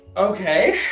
okay.